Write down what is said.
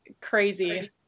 crazy